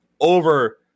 over